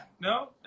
No